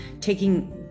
taking